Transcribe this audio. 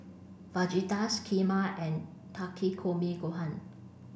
Fajitas Kheema and Takikomi Gohan